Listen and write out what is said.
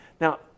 Now